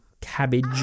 cabbage